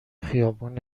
خیابون